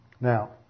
Now